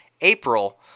April